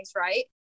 Right